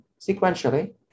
sequentially